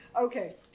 Okay